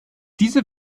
diese